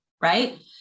Right